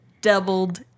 doubled